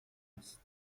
است